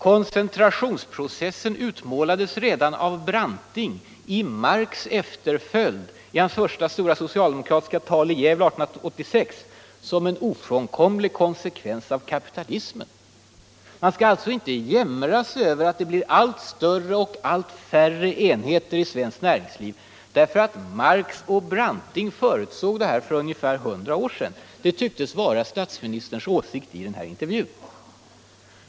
”Koncentrationsprocessen utmålades redan av Branting i Marx efterföljd i hans första stora socialdemokratiska tal — i Gävle 1886 — som en ofrånkomlig konsekvens av kapitalismen.” Man skall alltså inte ”jämra sig” över att det blir allt större och allt färre enheter i svenskt näringsliv, därför att Marx och Branting förutsåg det här för ungefär 100 år sedan! Det tycktes vara statsministerns åsikt i den här intervjun.